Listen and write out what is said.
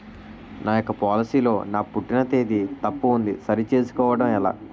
నా యెక్క పోలసీ లో నా పుట్టిన తేదీ తప్పు ఉంది సరి చేసుకోవడం ఎలా?